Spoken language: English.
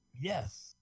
Yes